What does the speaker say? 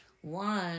one